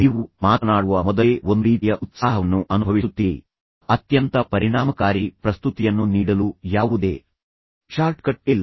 ನೀವು ಮಾತನಾಡುವ ಮೊದಲೇ ಒಂದು ರೀತಿಯ ಉತ್ಸಾಹವನ್ನು ಅನುಭವಿಸುತ್ತೀರಿ ನಿಮ್ಮ ವಿಷಯವನ್ನು ಕರಗತ ಮಾಡಿಕೊಳ್ಳಿ ಅತ್ಯಂತ ಪರಿಣಾಮಕಾರಿ ಪ್ರಸ್ತುತಿಯನ್ನು ನೀಡಲು ಯಾವುದೇ ಶಾರ್ಟ್ಕಟ್ ಇಲ್ಲ